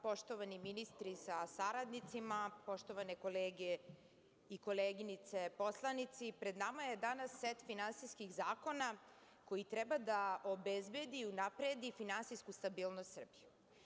Poštovani ministri sa saradnicima, poštovane kolege i koleginice poslanici, pred nama je danas set finansijskih zakona koji treba da obezbedi i unapredi finansijsku stabilnost Srbije.